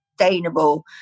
sustainable